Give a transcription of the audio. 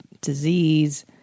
disease